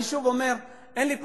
אני שוב אומר: אין לי פטנטים.